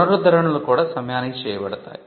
పునరుద్ధరణలు కూడా సమయానికి చేయబడతాయి